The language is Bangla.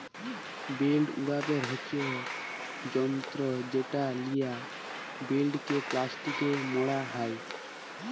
বেল উড়াপের হচ্যে যন্ত্র যেটা লিয়ে বেলকে প্লাস্টিকে মড়া হ্যয়